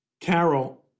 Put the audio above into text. Carol